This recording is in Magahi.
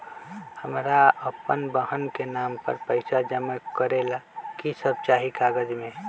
हमरा अपन बहन के नाम पर पैसा जमा करे ला कि सब चाहि कागज मे?